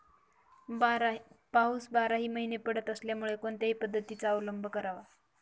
पाऊस बाराही महिने पडत असल्यामुळे कोणत्या पद्धतीचा अवलंब करावा?